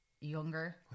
younger